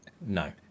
no